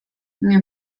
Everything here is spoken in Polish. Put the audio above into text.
nie